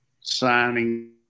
signing